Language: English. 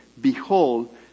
Behold